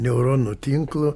neuronų tinklu